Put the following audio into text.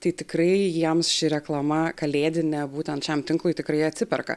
tai tikrai jiems ši reklama kalėdinė būtent šiam tinklui tikrai atsiperka